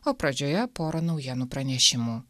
o pradžioje porą naujienų pranešimų